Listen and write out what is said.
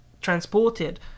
transported